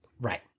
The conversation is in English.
Right